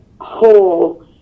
whole